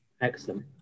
Excellent